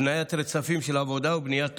הבניית רצפים של עבודה ובניית תוכניות.